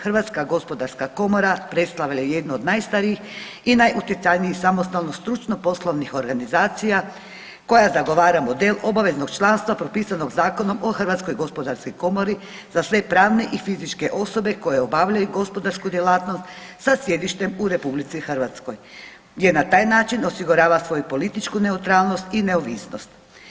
Hrvatska gospodarska komora predstavlja jednu od najstarijih i najutjecajnijih samostalnih, stručnoposlovnih organizacija, koja zagovara model obaveznog članstva propisanog Zakonom o Hrvatskoj gospodarskoj komori za sve pravne i fizičke osobe koje obavljaju gospodarsku djelatnost sa sjedištem u Republici Hrvatskoj, jer na taj način osigurava svoju političku neutralnost i neovisnost.